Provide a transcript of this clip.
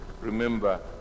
remember